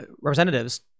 representatives